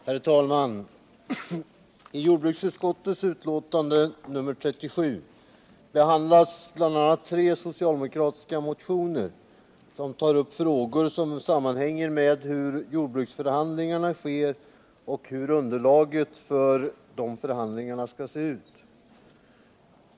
Herr talman! I jordbruksutskottets betänkande nr 37 behandlas bl.a. tre socialdemokratiska motioner, som tar upp frågor som sammanhänger med hur jordbruksförhandlingarna sker och hur underlaget för dessa skall se ut.